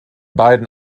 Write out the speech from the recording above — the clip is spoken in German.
beiden